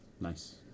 Nice